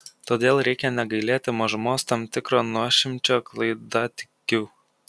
todėl reikia negailėti mažumos tam tikro nuošimčio klaidatikių